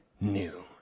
new